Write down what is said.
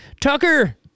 Tucker